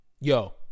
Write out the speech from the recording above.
yo